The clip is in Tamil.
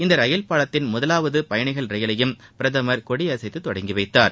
இந்த ரயில் பாலத்தின் முதலாவது பயணிகள் ரயிலையும் பிரதமர் கொடிசைத்து தொடங்கிவைத்தார்